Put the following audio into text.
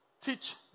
teach